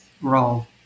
role